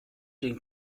den